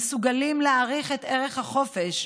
המסוגלים להעריך את ערך החופש,